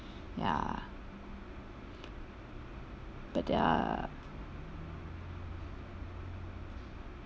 ya but there are